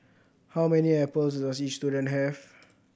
how many apples does each student have